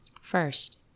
First